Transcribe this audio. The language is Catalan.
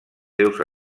seus